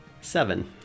Seven